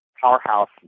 powerhouse